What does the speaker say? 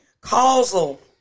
causal